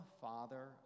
Father